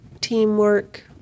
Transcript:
teamwork